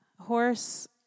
horse